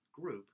group